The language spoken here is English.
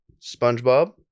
SpongeBob